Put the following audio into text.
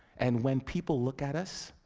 and when people look at us,